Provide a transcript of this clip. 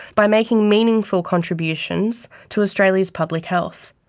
by making meaningful contributions to australia's public health.